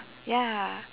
ya